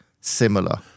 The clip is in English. similar